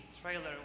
trailer